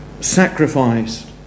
sacrificed